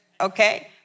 okay